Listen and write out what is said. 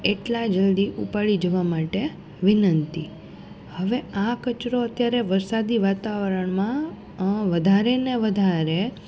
એટલા જલદી ઉપાડી જવા માટે વિનંતી હવે આ કચરો અત્યારે વરસાદી વાતાવરણમાં વધારે ને વધારે